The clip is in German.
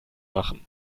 machen